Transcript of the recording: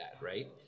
right